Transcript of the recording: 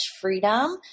freedom